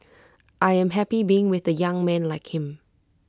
I am happy being with A young man like him